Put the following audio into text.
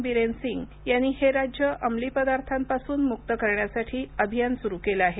बिरेन सिंग यांनी हे राज्य अंमली पदार्थांपासून मुक्त करण्यासाठी अभियान सुरू केलं आहे